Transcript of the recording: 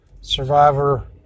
Survivor